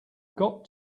got